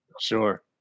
Sure